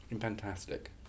fantastic